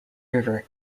river